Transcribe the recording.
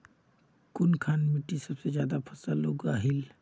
कुनखान मिट्टी सबसे ज्यादा फसल उगहिल?